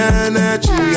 energy